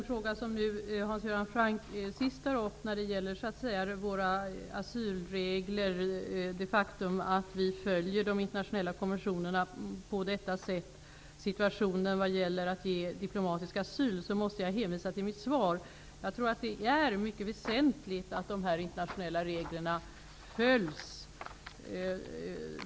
Fru talman! När det gäller våra asylregler, det faktum att vi följer de internationella konventionerna på detta sätt och situationen vad gäller att ge diplomatisk asyl måste jag hänvisa till mitt svar. Jag tror att det är mycket väsentligt att dessa internationella regler följs.